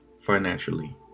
Financially